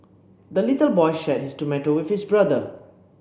the little boy shared his tomato with his brother